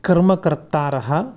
कर्मकर्तारः